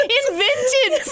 invented